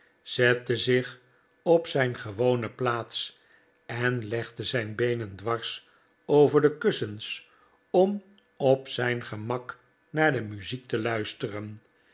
zette zich op zijn gewone plaats en legde zijn beenen dwars over de kussens om op zijn gemak naar de muziek te luisteren